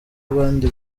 abandi